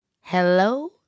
Hello